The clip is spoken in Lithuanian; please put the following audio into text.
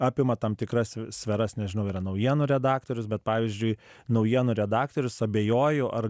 apima tam tikras sferas nežinau yra naujienų redaktorius bet pavyzdžiui naujienų redaktorius abejoju ar